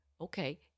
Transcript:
Okay